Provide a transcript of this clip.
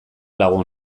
lagun